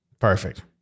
Perfect